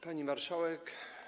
Pani Marszałek!